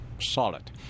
solid